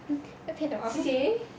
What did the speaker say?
不要骗 hor